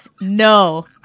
No